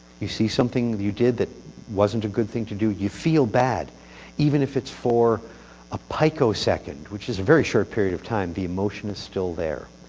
you see something that you did that wasn't a good thing to do you feel bad even if it's for a picosecond which is a very short period of time. the emotion is still there.